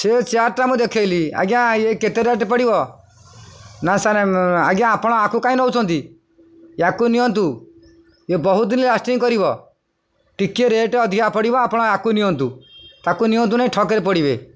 ସେ ଚେୟାର୍ଟା ମୁଁ ଦେଖେଇଲି ଆଜ୍ଞା ଇଏ କେତେ ରେଟ୍ ପଡ଼ିବ ନା ସାର୍ ଆଜ୍ଞା ଆପଣ ୟାକୁ କାଇଁ ନେଉଛନ୍ତି ୟାକୁ ନିଅନ୍ତୁ ଇଏ ବହୁତ ଦିନ ଲାଷ୍ଟିଂ କରିବ ଟିକେ ରେଟ୍ ଅଧିକା ପଡ଼ିବ ଆପଣ ୟାକୁ ନିଅନ୍ତୁ ତାକୁ ନିଅନ୍ତୁ ନାଇଁ ଠକରେ ପଡ଼ିବେ